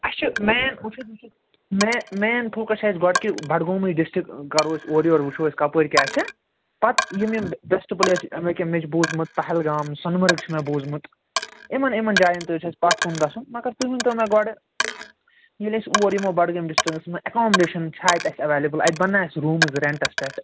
اسہِ چھُ main main main focus چھُ اسہِ گۄڈٕ کہِ بڈگومٕے ڈِسٹِرٛک کَرو أسۍ اورٕ یور وُچھُو أسۍ کَپٲرۍ کیٛاہ چھُ پتہٕ یِم یِم بیٚسٹہٕ پٕلیس اکہِ کیٛاہ مےٚ چھُ بوزمُت پہلگام سۄنہٕ مرگ چھُ مےٚ بوزمُت یِمن یِمن جاین تہِ چھُ اسہِ پتھ کُن گَژھُن مگر تُہۍ ؤنۍ تو مےٚ گۄڈٕ ییٚلہِ أسۍ اوٗر یِمو بڈٕگٲمۍ ڈِسٹِرٛکَس منٛز ایٚکاموڈیشن چھَا اَتہِ اسہِ ایٚولیبٕل اَتہِ بنہِ نا اسہِ روٗمٕز ریٚنٛٹس پٮ۪ٹھ